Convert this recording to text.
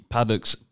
Paddock's